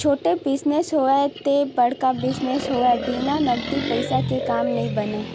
छोटे बिजनेस होवय ते बड़का बिजनेस होवय बिन नगदी पइसा के काम नइ बनय